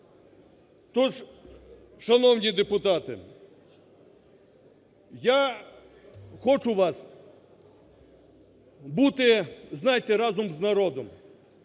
Тож, шановні депутати, я хочу вас… бути, знаєте, разом з народом.